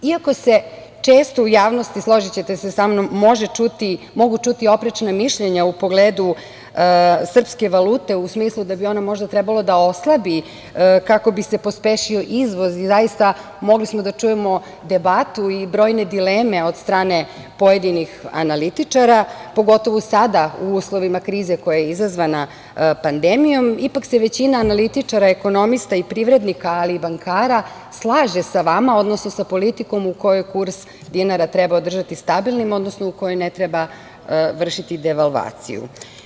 Iako se često u javnosti, složićete se sa mnom, mogu čuti oprečna mišljenja u pogledu srpske valute u smislu da bi ona možda trebalo da oslabi kako bi se pospešio izvoz i zaista, mogli smo da čujemo debatu i brojne dileme od strane pojedinih analitičara, pogotovo sada u uslovima krize koja je izazvana pandemijom, ipak se većina analitičara ekonomista i privrednika, ali i bankara slaže sa vama, odnosno sa politikom u kojoj kurs dinara treba održati stabilnim, odnosno u koji ne treba vršiti devalvaciju.